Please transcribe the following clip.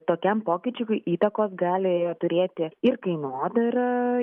tokiam pokyčiui įtakos galėjo turėti ir kainodara